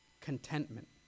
contentment